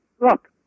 Look